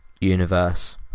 universe